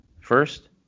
first